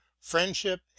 friendship